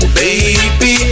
baby